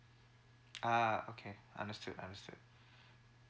uh okay understood understood